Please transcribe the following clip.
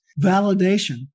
validation